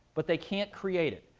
but they can't create it.